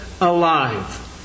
alive